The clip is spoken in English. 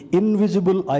invisible